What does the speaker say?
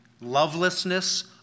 lovelessness